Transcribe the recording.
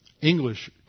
English